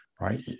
right